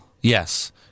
Yes